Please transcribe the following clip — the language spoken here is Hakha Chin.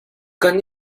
kan